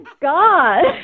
God